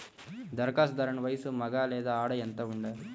ధరఖాస్తుదారుని వయస్సు మగ లేదా ఆడ ఎంత ఉండాలి?